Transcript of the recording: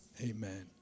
Amen